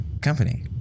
company